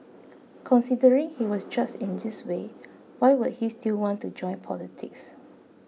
considering he was judged in this way why would he still want to join politics